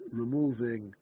removing